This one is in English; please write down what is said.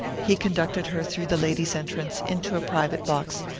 he conducted her through the ladies' entrance into a private box,